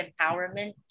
empowerment